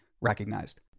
recognized